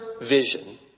vision